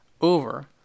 over